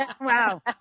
Wow